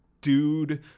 dude